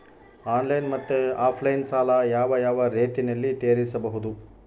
Online ಮತ್ತೆ offline ಸಾಲ ಯಾವ ಯಾವ ರೇತಿನಲ್ಲಿ ತೇರಿಸಬಹುದು?